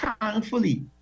thankfully